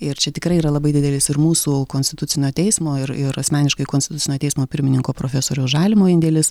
ir čia tikrai yra labai didelis ir mūsų konstitucinio teismo ir ir asmeniškai konstitucinio teismo pirmininko profesoriaus žalimo indėlis